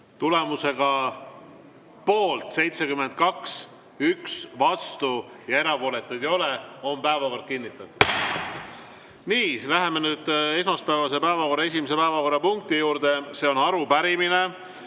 Tulemusega poolt 72, vastu 1 ja erapooletuid ei ole, on päevakord kinnitatud. Nii, läheme esmaspäevase päevakorra esimese päevakorrapunkti juurde. See on arupärimine.